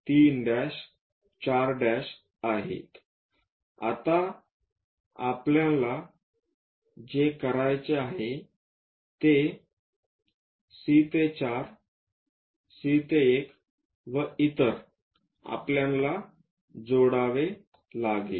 आता आपल्याला जे करायचे आहे ते C ते 4 C ते 1 व इतर आपल्याला जोडावे लागेल